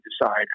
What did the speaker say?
decide